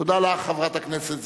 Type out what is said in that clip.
תודה לך, חברת הכנסת זוארץ,